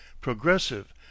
Progressive